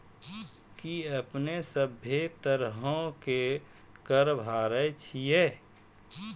कि अपने सभ्भे तरहो के कर भरे छिये?